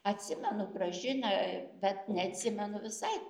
atsimenu gražiną bet neatsimenu visai